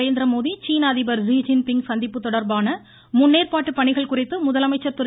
நரேந்திரமோடி சீன அதிபர் ஸீ ஜின் பிங் சந்திப்பு தொடர்பான முன்னேற்பாடு பணிகள் குறித்து முதலமைச்சர் திரு